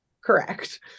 correct